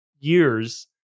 years